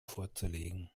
vorzulegen